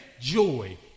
joy